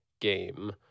game